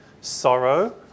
sorrow